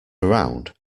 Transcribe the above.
around